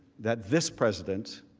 that this president,